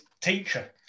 teacher